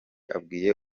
abwiye